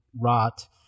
rot